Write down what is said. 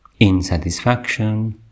insatisfaction